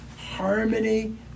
harmony